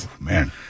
Man